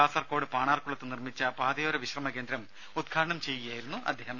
കാസർകോട് പാണാർക്കുളത്ത് നിർമിച്ച പാതയോര വിശ്രമ കേന്ദ്രം ഉദ്ഘാടനം ചെയ്യുകയായിരുന്നു മന്ത്രി